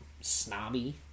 snobby